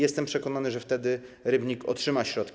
Jestem przekonany, że wtedy Rybnik otrzyma środki.